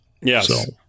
Yes